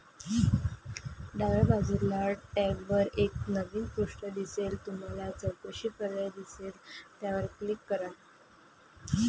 डाव्या बाजूच्या टॅबवर एक नवीन पृष्ठ दिसेल तुम्हाला चौकशी पर्याय दिसेल त्यावर क्लिक करा